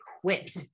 quit